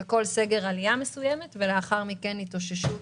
בכל סגר יש עלייה מסוימת בשיעור האבטלה ולאחר מכן התאוששות,